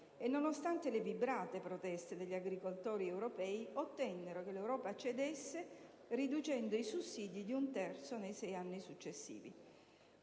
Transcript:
e, nonostante le vibrate proteste degli agricoltori europei, ottennero che l'Europa cedesse, riducendo i sussidi di un terzo nei sei anni successivi.